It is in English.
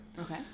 Okay